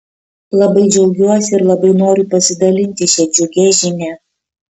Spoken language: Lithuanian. labai džiaugiuosi ir labai noriu pasidalinti šia džiugia žinia